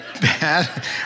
bad